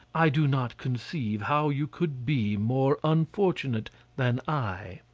i do not conceive how you could be more unfortunate than i.